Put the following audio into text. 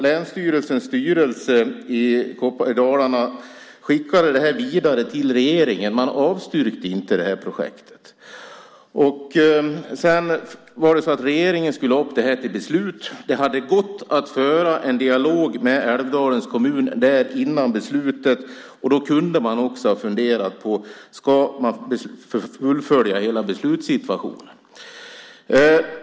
Länsstyrelsens styrelse i Dalarna skickade det här vidare till regeringen. Man avstyrkte inte projektet. Regeringen skulle ha upp det till beslut. Det hade gått att föra en dialog med Älvdalens kommun före beslutet. Då kunde man också ha funderat på om man ska fullfölja hela beslutssituationen.